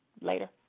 Later